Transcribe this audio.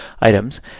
items